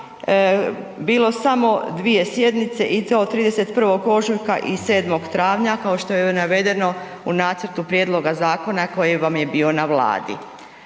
bilo samo dvije sjednice i to 31. ožujka i 7. travnja kao što je navedeno u nacrtu prijedloga zakona koji vam je bio na vladi?